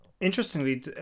Interestingly